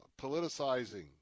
politicizing